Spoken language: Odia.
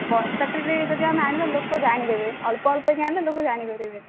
ବସ୍ତାଟାରେ ଯଦି ଆମେ ଆଣିବା ଲୋକ ଜାଣିଦେବେ ଅଳ୍ପ ଅଳ୍ପକି ଆଣିଲେ ଲୋକ ଜାଣିପାରିବେନି